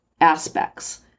aspects